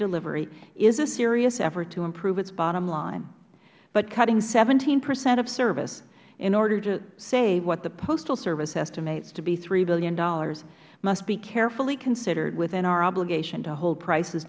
delivery is a serious effort to improve its bottom line but cutting seventeen percent of service in order to save what the postal service estimates to be three dollars billion must be carefully considered within our obligation to hold prices